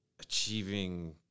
achieving